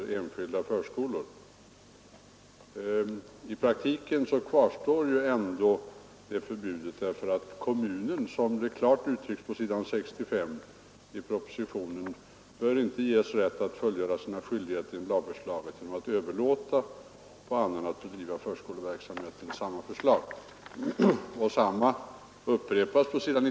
Men i praktiken är det ändå ett förbud. På s. 65 i propositionen sägs det klart att kommun inte bör ges rätt att fullgöra sina skyldigheter enligt lagförslaget genom att överlåta på annan att bedriva förskoleverksamhet enligt samma lag.